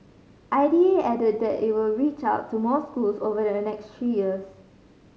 I D A added that it will reach out to more schools over the next three years